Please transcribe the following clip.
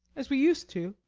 as we used to?